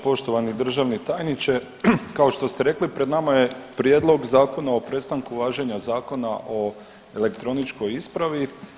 Poštovani državni tajniče kao što ste rekli pred nama je Prijedlog Zakona o prestanku važenja Zakona o elektroničkoj ispravi.